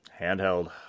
Handheld